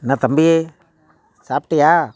என்ன தம்பி சாப்பிட்டியா